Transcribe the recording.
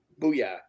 Booyah